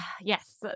Yes